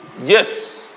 Yes